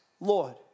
Lord